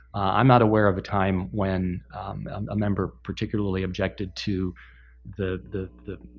i'm not aware of a time when a member particularly objected to the